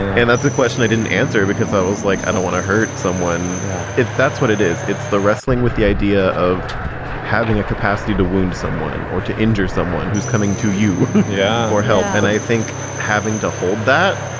and that's the question i didn't answer because i was like, i don't want to hurt someone yeah if that's what it is. it's the wrestling with the idea of having a capacity to wound someone or to injure someone who's coming to you yeah for help. and i think having to hold that,